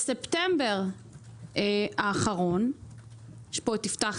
בספטמבר האחרון אמרתי ליפתח,